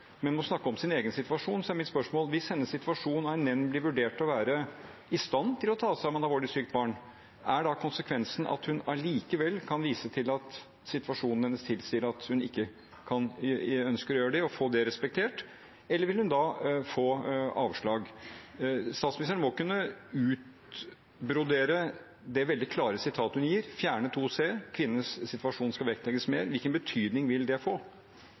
men må snakke om sin egen situasjon, er mitt spørsmål: Hvis kvinnens situasjon av en nemnd blir vurdert å være slik at hun kan være i stand til å ta seg av et alvorlig sykt barn, er da konsekvensen at hun likevel kan vise til at situasjonen hennes tilsier at hun ønsker abort og blir respektert for det, eller vil hun da få avslag? Statsministeren må kunne utbrodere det veldig klare sitatet hun gir – fjerne § 2c, kvinnens situasjon skal vektlegges mer. Hvilken betydning vil det få?